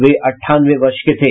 वे अंठानवे वर्ष के थे